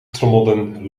trommelden